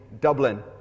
Dublin